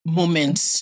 moments